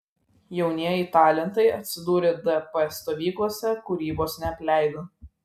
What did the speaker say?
jaunieji talentai atsidūrę dp stovyklose kūrybos neapleido